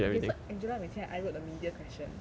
okay so angela wei qian and I wrote the media question